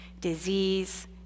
Disease